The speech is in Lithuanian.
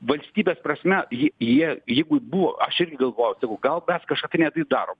valstybės prasme jie jie jeigu buvo aš irgi galvojau sakau gal mes kažką tai ne taip darom